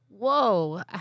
whoa